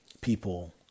people